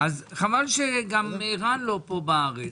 חבל שערן גם לא פה בארץ,